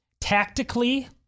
tactically